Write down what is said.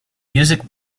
music